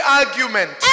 argument